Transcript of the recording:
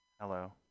Hello